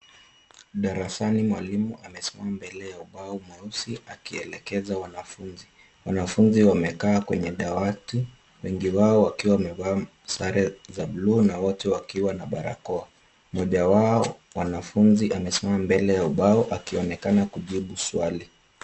Darasani mwalimu amesimama mbele ya ubao mweusi akielekeza wanafunzi. Wanafunzi wamekaa kwenye dawati wengi wao wakiwa wamevaa sare za buluu na wote wakiwa na barakoa. Mmoja wao wanafunzi amesimama mbele ya ubao akionekana kujibu swali.